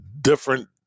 different